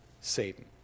Satan